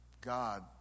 God